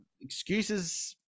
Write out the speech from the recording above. excuses